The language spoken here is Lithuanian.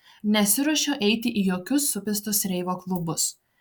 nesiruošiu eiti į jokius supistus reivo klubus